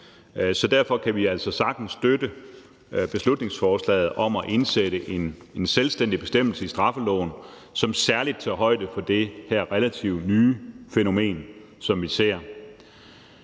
Derfor kan vi altså sagtens støtte beslutningsforslaget om at indsætte en selvstændig bestemmelse i straffeloven, som særlig tager højde for det her relativt nye fænomen. Der er